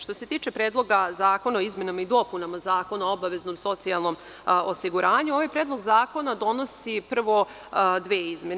Što se tiče Predloga zakona o izmenama i dopunama Zakona o obaveznom socijalnom osiguranju, ovaj Predlog zakona donosi dve izmene.